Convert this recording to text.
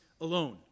alone